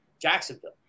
Jacksonville